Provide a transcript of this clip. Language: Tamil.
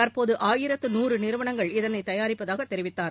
தற்போது ஆயிரத்து நூறு நிறுவனங்கள் இதனைத் தயாரிப்பதாக தெரிவித்தார்